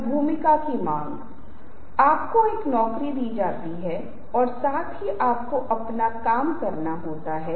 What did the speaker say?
झुकाव हो सकता हैं जो यह कहेंगे कि घमंड और आक्रामकता को इंगित करता है